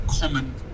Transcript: common